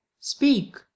speak